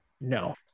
No